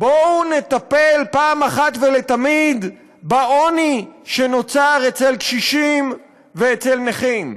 בואו נטפל פעם אחת ולתמיד בעוני שנוצר אצל קשישים ואצל נכים.